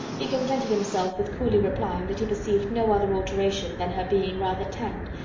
he contented himself with coolly replying that he perceived no other alteration than her being rather tanned,